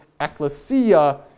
ecclesia